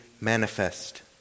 manifest